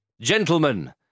Gentlemen